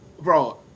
bro